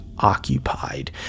Occupied